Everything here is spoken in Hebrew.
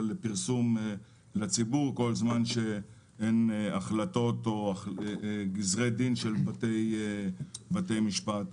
לפרסום לציבור כל זמן שאין החלטות או גזרי דין של בתי משפט.